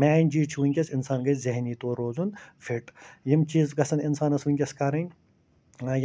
main چیٖز چھُ وٕنۍکٮ۪س اِنسان گژھِ ذہنی طور روزُن فِٹ یِم چیٖز گژھن اِنسانَس وٕنۍکٮ۪س کَرٕنۍ